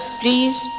please